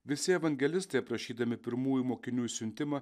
visi evangelistai aprašydami pirmųjų mokinių siuntimą